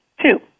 Two